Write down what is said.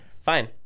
Fine